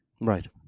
Right